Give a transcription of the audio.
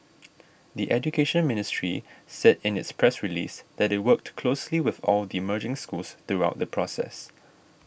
the Education Ministry said in its press release that it worked closely with all the merging schools throughout the process